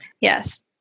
Yes